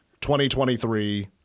2023